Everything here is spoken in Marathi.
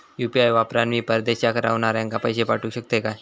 यू.पी.आय वापरान मी परदेशाक रव्हनाऱ्याक पैशे पाठवु शकतय काय?